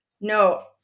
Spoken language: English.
No